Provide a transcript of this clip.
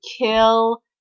kill